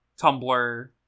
Tumblr